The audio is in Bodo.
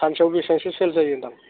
सानसेयाव बेसांसो सेल जायो होनदां